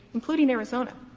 including arizona,